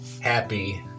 happy